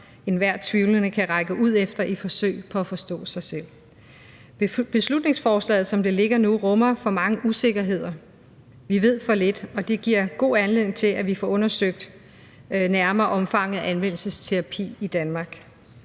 enhver tvivlende kan række ud efter i forsøget på at forstå sig selv. Beslutningsforslaget, som det ligger nu, rummer for mange usikkerheder. Vi ved for lidt, og det giver god anledning til, at vi får undersøgt omfanget af omvendelsesterapi i Danmark